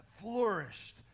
flourished